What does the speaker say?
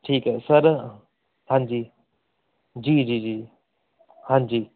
ਠੀਕ ਹੈ ਸਰ ਹਾਂਜੀ ਜੀ ਜੀ ਜੀ ਹਾਂਜੀ